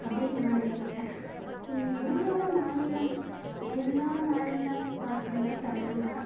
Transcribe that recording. அப்படினு நான் நினைக்கிறேன் எங்களோட மாநிலம் என்னோட மாநிலம் பார்த்திங்கனா தமிழ்நாடு தான்